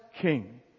King